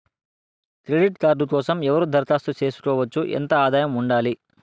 Credit card కోసం ఎవరు దరఖాస్తు చేసుకోవచ్చు? ఎంత ఆదాయం ఉండాలి?